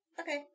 Okay